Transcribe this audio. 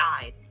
died